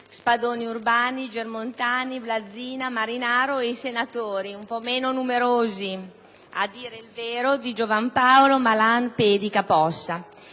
Spadoni Urbani, Germontani, Blazina, Marinaro ed i senatori, un po' meno numerosi a dire il vero, Di Giovan Paolo, Malan, Pedica e Possa.